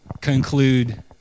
conclude